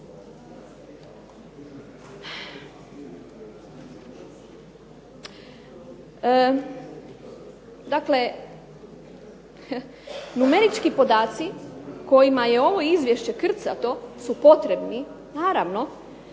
Dakle, numerički podaci kojima je ovo izvješće krcato su potrebni naravno,